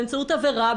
באמצעות עבירה,